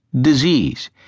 disease